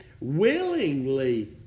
willingly